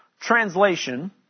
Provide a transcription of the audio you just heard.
translation